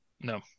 No